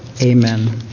Amen